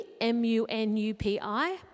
M-U-N-U-P-I